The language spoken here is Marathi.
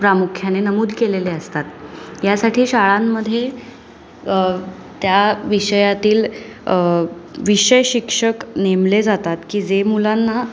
प्रामुख्याने नमूद केलेले असतात यासाठी शाळांमध्ये त्या विषयातील विषय शिक्षक नेमले जातात की जे मुलांना